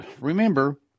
remember